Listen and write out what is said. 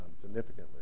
significantly